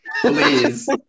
Please